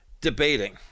debating